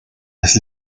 las